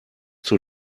zur